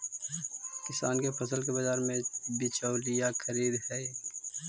किसान के फसल के बाजार में बिचौलिया खरीदऽ हइ